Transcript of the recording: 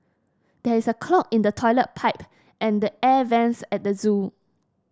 there is a clog in the toilet pipe and the air vents at the zoo